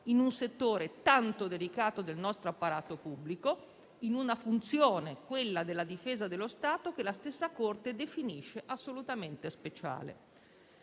in un settore tanto delicato del nostro apparato pubblico e in una funzione, quella della difesa dello Stato, che la stessa Corte definisce assolutamente speciale.